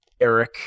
Eric